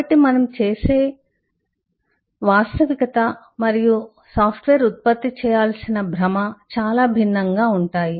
కాబట్టి మనం చేసే వాస్తవికత మరియు సాఫ్ట్వేర్ ఉత్పత్తి చేయాల్సిన భ్రమ చాలా భిన్నంగా ఉంటాయి